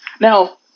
Now